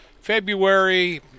February